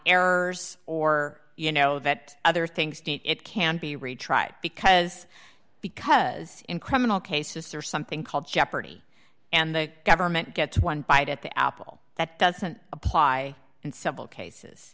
errors or you know that other things it can be retried because because in criminal cases there's something called jeopardy and the government gets one bite at the apple that doesn't apply in civil cases